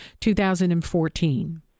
2014